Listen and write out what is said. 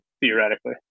theoretically